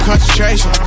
Concentration